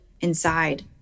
inside